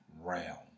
round